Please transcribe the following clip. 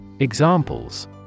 Examples